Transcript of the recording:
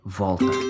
volta